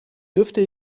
dürfte